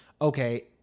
okay